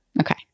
Okay